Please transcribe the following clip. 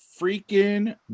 freaking